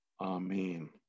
Amen